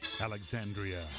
alexandria